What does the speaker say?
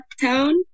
town